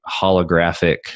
holographic